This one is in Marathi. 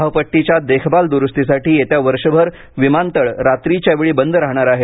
धावपट्टीच्या देखभाल दुरुस्तीसाठी येत्या वर्षभर विमानतळ रात्रीच्या वेळी बंद राहणार आहे